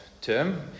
term